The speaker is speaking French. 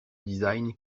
design